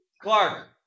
Clark